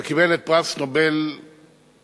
וקיבל את פרס נובל לכימיה.